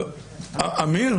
אמיר.